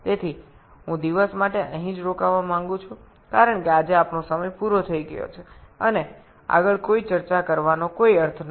তাই আমি আজকের জন্য এখানেই শেষ করতে চাই কারণ আজ আমাদের সময় শেষ হয়ে এসেছে এবং আরও কোনও আলোচনার দরকার নেই